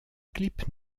clip